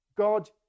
God